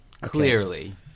Clearly